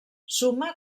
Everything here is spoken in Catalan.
suma